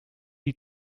die